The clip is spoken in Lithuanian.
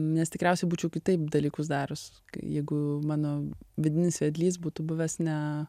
nes tikriausiai būčiau kitaip dalykus darius jeigu mano vidinis vedlys būtų buvęs ne